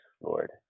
Lord